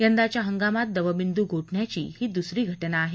यंदाच्या हंगामात दवबिंद् गोठण्याची ही दूसरी घटना आहे